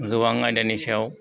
गोबां आयदानि सायाव